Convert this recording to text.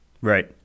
Right